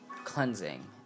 cleansing